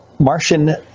martian